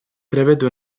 prevede